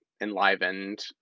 enlivened